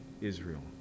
Israel